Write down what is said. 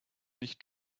nicht